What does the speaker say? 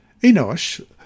Enosh